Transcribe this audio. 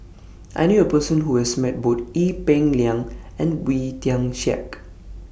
I knew A Person Who has Met Both Ee Peng Liang and Wee Tian Siak